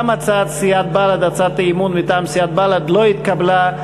גם הצעת האי-אמון מטעם סיעת בל"ד לא התקבלה.